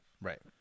Right